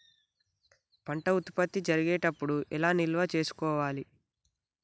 పంట ఉత్పత్తి జరిగేటప్పుడు ఎలా నిల్వ చేసుకోవాలి?